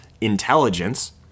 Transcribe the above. intelligence